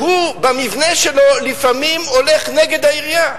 שהוא במבנה שלו לפעמים הולך נגד העירייה.